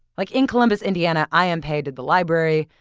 like in columbus, indiana, i m. pei did the library,